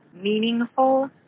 Meaningful